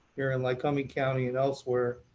here in lycoming county and elsewhere.